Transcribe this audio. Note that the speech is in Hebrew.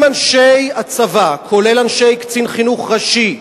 אם אנשי הצבא, כולל אנשי קצין חינוך ראשי ומפקדים,